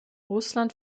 russland